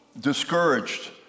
discouraged